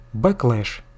Backlash